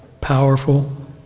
powerful